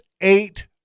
eight